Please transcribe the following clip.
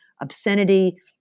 obscenity